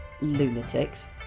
lunatics